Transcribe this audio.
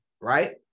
right